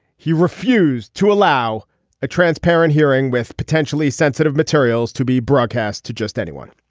he refused to allow a transparent hearing with potentially sensitive materials to be broadcast to just anyone